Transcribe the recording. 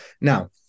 Now